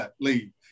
leave